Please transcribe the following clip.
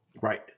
Right